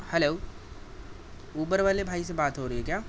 hello Uber والے بھائی سے بات ہو رہی ہے کیا